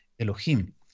elohim